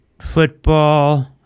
football –